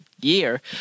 year